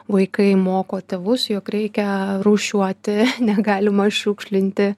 vaikai moko tėvus jog reikia rūšiuoti negalima šiukšlinti